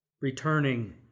returning